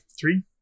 Three